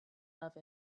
love